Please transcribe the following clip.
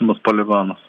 bus poligonas